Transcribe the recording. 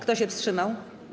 Kto się wstrzymał?